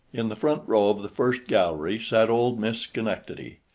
in the front row of the first gallery sat old miss schenectady,